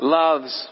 loves